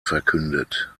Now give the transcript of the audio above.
verkündet